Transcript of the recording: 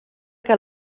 que